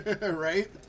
Right